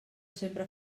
sempre